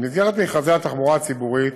במסגרת מכרזי התחבורה הציבורית